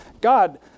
God